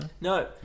No